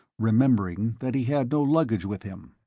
remembering that he had no luggage with him,